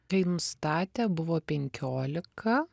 nustatė buvo penkiolika